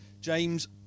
James